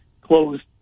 closed